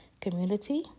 community